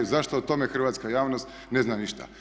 Zašto o tome hrvatska javnost ne zna ništa?